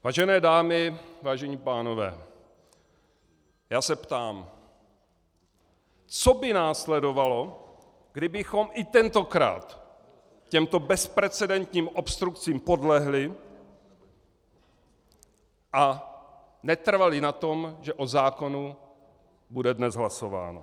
Vážené dámy, vážení pánové, já se ptám, co by následovalo, kdybychom i tentokrát těmto bezprecedentním obstrukcím podlehli a netrvali na tom, že o zákonu bude dnes hlasováno.